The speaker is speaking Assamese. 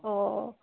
অঁ